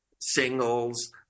singles